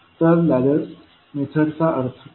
तर लॅडर मेथडचा अर्थ काय